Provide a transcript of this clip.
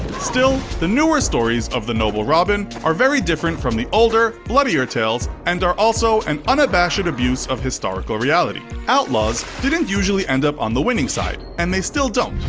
still, the newer stories of the noble robin are very different from the older, bloodier tales, and are also an unabashed abuse of historical reality. outlaws didn't usually end-up on the winning side, and they still don't.